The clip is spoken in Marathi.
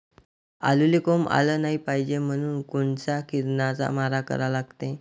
आलूले कोंब आलं नाई पायजे म्हनून कोनच्या किरनाचा मारा करा लागते?